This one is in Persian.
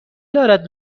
دارد